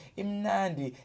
imnandi